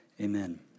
amen